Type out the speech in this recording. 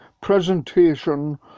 presentation